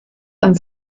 and